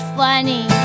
funny